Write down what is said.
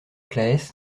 claës